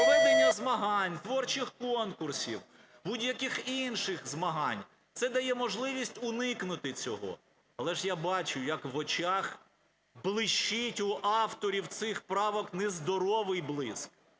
Проведення змагань, творчих конкурсів, будь-яких інших змагань – це дає можливість уникнути цього. Але ж я бачу, як в очах блищить у авторів цих правок нездоровий блиск.